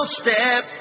step